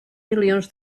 milions